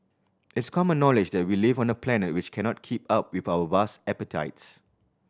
it's common knowledge that we live on a planet which cannot keep up with our vast appetites